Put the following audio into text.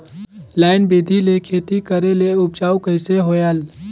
Line बिधी ले खेती करेले उपजाऊ कइसे होयल?